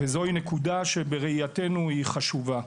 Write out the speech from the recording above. זוהי נקודה שבראייתנו היא חשובה.